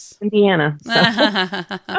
Indiana